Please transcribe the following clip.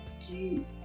key